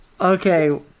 Okay